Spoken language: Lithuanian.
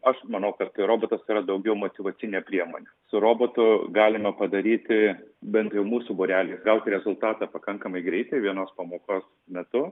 aš manau kad robotas yra daugiau motyvacinė priemonė su robotu galime padaryti bent jau mūsų būrelį gauti rezultatą pakankamai greitai vienos pamokos metu